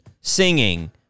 singing